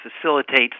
facilitates